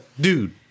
dude